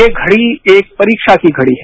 ये घड़ी एक परीक्षा की घड़ी है